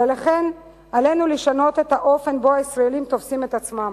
ולכן עלינו לשנות את האופן שבו הישראלים תופסים את עצמם.